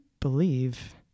believe